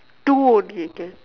too motivated